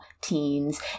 teens